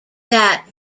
that